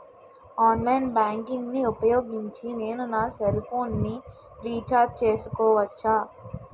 Online banking ఊపోయోగించి నేను నా సెల్ ఫోను ని రీఛార్జ్ చేసుకోవచ్చా?